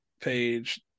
page